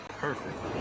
perfect